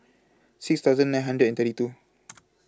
six thousand nine hundred and thirty two